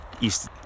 east